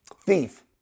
thief